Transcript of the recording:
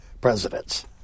presidents